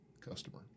customer